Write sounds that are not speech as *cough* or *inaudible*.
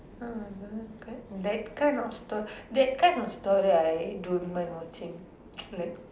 oh no but that kind of sto that kind of story I don't mind watching *noise* like